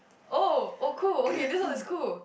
oh oh cool okay this one is cool